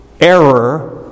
error